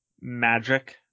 magic